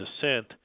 descent